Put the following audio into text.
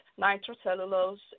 nitrocellulose